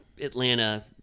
Atlanta